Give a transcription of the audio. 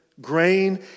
grain